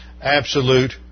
absolute